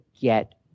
get